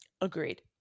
Agreed